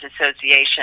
Association